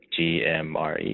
GMRE